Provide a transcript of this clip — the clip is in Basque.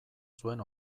zuen